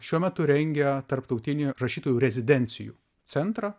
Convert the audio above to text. šiuo metu rengia tarptautinį rašytojų rezidencijų centrą